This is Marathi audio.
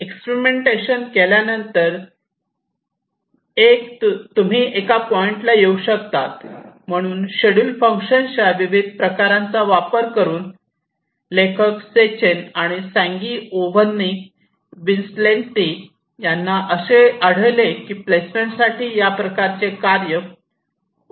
एक्सप्रिमेंटेन्शन केल्यानंतर एक तुम्ही एका पॉईंटला येऊ शकतात म्हणून शेड्यूल फंक्शनच्या विविध प्रकारांचा वापर करून लेखक सेचेन आणि सांगिओव्हन्नी विन्सेन्तेली यांना असे आढळले की प्लेसमेंटसाठी या प्रकारचे कार्य उत्तम प्रकारे कार्य करते